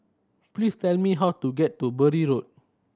please tell me how to get to Bury Road